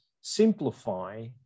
simplify